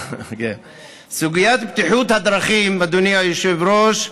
סוגיית הבטיחות בדרכים, אדוני היושב-ראש,